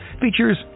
features